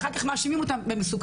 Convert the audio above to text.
אחר כך מאשימים אותם במסוכנות,